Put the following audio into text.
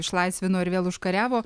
išlaisvino ir vėl užkariavo